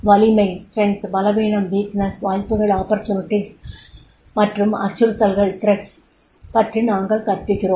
வலிமை பலவீனம் வாய்ப்புகள் மற்றும் அச்சுறுத்தல்கள் பற்றி நாங்கள் கற்பிக்கிறோம்